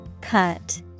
Cut